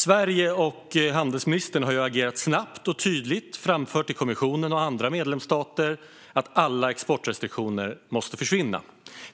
Sverige och handelsministern har agerat snabbt och tydligt och framfört till kommissionen och andra medlemsstater att alla exportrestriktioner måste försvinna.